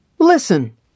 Listen